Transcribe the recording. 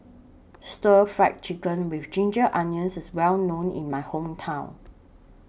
Stir Fry Chicken with Ginger Onions IS Well known in My Hometown